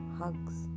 hugs